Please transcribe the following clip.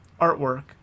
artwork